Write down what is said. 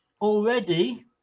already